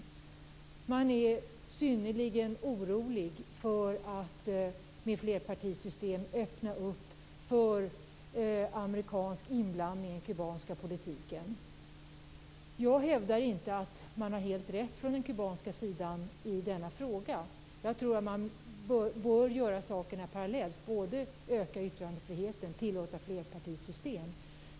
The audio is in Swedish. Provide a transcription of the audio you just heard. Man är synnerligen orolig för att vid ett flerpartisystem öppna för amerikansk inblandning i den kubanska politiken. Jag hävdar inte att man har helt rätt i denna fråga från den kubanska sidan. Jag tror att man bör gå fram parallellt: både öka ytrandefriheten och tillåta flerpartisystem.